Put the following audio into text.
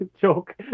joke